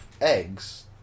eggs